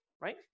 right